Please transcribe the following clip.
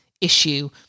issue